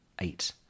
Eight